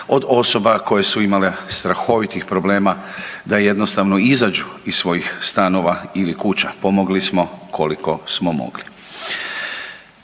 od osoba koje su imale strahovitih problema da jednostavno izađu iz svojih stanova ili kuća. Pomogli smo koliko smo mogli.